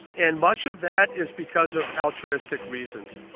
and much of that is because of altruistic reasons.